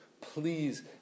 please